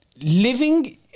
living